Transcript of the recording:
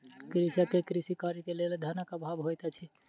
कृषक के कृषि कार्य के लेल धनक अभाव होइत अछि